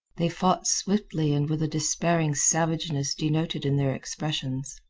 they fought swiftly and with a despairing savageness denoted in their expressions.